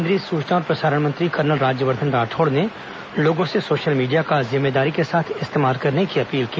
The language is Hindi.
केंद्रीय सूचना और प्रसारण मंत्री कर्नल राज्यवर्धन राठौड़ ने लोगो से सोशल मीडिया का जिम्मेदारी के साथ इस्तेमाल करने की अपील की